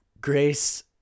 grace